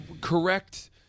correct